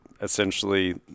essentially